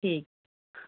ठीक